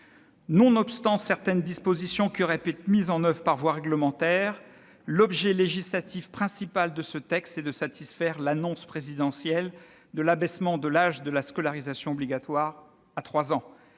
Nonobstant certaines dispositions qui auraient pu être mises en oeuvre par la voie réglementaire, l'objet législatif principal de ce texte est de satisfaire l'annonce présidentielle de l'abaissement de l'âge de la scolarisation obligatoire à 3 ans.